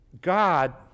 God